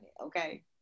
okay